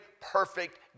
perfect